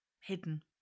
Hidden